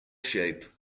shape